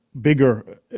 bigger